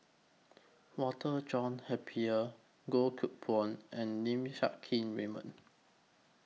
Walter John Napier Goh Koh Pui and Lim Siang Keat Raymond